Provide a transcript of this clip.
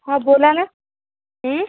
हां बोला ना